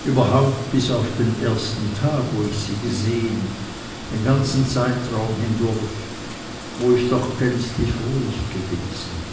überhaupt bis auf den ersten tag wo ich sie gesehen den ganzen zeitraum hindurch wo ich doch gänzlich ruhig gewesen